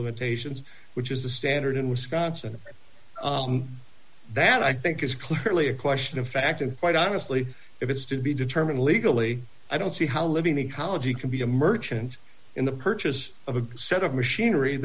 limitations which is the standard in wisconsin that i think is clearly a question of fact and quite honestly if it's to be determined legally i don't see how living ecology can be a merchant in the purchase of a set of machinery